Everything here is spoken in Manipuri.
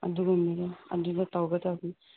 ꯑꯗꯨꯒꯨꯝꯕꯗꯣ ꯑꯗꯨꯗ ꯇꯧꯒꯗꯕꯅꯤ